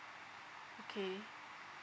okay